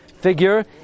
figure